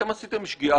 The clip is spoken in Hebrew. אתם עשיתם שגיאה